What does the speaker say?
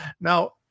Now